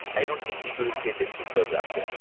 i don't think people will say, this was the graphql